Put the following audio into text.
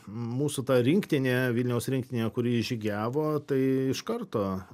mūsų ta rinktinė vilniaus rinktinė kuri žygiavo tai iš karto